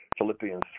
Philippians